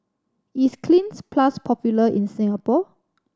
is Cleanz Plus popular in Singapore